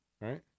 right